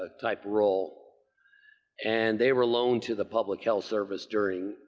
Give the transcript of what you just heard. ah type role and they were loaned to the public health service during